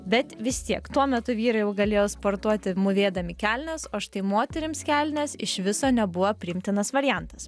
bet vis tiek tuo metu vyrai jau galėjo sportuoti mūvėdami kelnes o štai moterims kelnės iš viso nebuvo priimtinas variantas